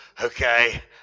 okay